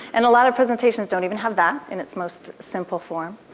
and a lot of presentations don't even have that in its most simple form.